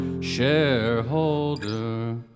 shareholder